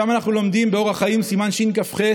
שם אנחנו לומדים באורח חיים סימן שכ"ח